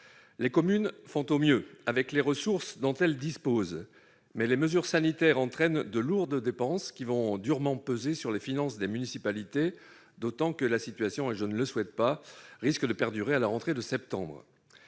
Les communes font au mieux avec les ressources dont elles disposent, mais les mesures sanitaires entraînent de lourdes dépenses qui vont durement peser sur les finances des municipalités, d'autant que la situation actuelle risque de perdurer jusqu'à la rentrée de septembre.